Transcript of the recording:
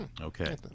okay